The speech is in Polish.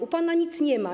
U pana nic nie ma.